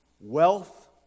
wealth